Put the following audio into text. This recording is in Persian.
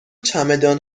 چمدان